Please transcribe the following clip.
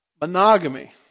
monogamy